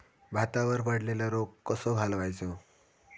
भातावर पडलेलो रोग कसो घालवायचो?